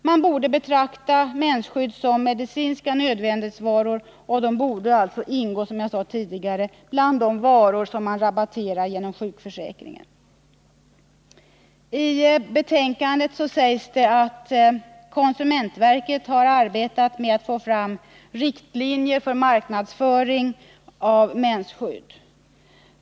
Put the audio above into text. Man borde betrakta mensskydd som medicinska nödvändighetsvaror, och de borde alltså, som jag sade tidigare, ingå bland de varor som rabatteras genom sjukförsäkringen. I betänkandet sägs att konsumentverket har arbetat med att få fram riktlinjer för marknadsföring av mensskydd.